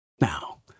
Now